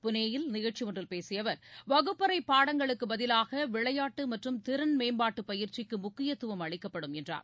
பூனே யில் நிகழ்ச்சி ஒன்றில் பேசிய அவர் வகுப்பறை பாடங்களுக்குப் பதிலாக விளையாட்டு மற்றும் திறன் மேம்பாட்டுப் பயிற்சிக்கு முக்கியத்துவம் அளிக்கப்படும் என்றார்